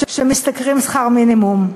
שמשתכרים שכר מינימום.